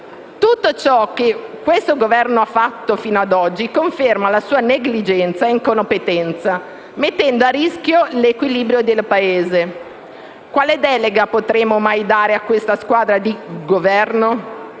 Tutto ciò che l'Esecutivo in carica ha fatto fino ad oggi conferma la sua negligenza e incompetenza, mettendo a rischio l'equilibrio del Paese. Quale delega potremmo mai dare a questa squadra di Governo?